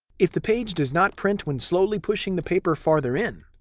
if the page does not print when slowly pushing the paper farther in,